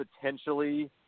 potentially –